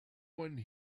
one